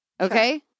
Okay